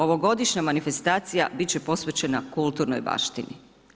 Ovogodišnja manifestacija bit će posvećena kulturnog baštini.